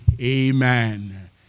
amen